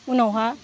उनावहा